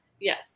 Yes